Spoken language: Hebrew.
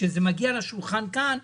כשזה מגיע לשולחן כאן,